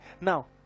Now